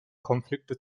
konflikte